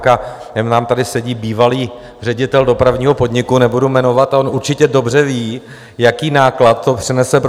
A nám tady sedí bývalý ředitel dopravního podniku, nebudu jmenovat, on určitě dobře ví, jaký náklad to přinese pro